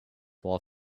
while